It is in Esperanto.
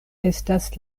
estas